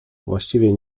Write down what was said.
właściwie